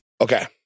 Okay